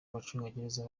abacungagereza